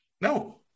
No